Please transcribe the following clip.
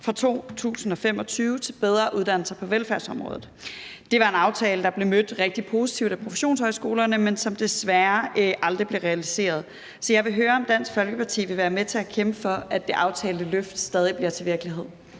fra 2025 til bedre uddannelser på velfærdsområdet. Det var en aftale, der blev mødt rigtig positivt af professionshøjskolerne, men som desværre aldrig blev realiseret. Så jeg vil høre, om Dansk Folkeparti vil være med til at kæmpe for, at det aftalte løft stadig bliver til virkelighed.